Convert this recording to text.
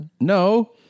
No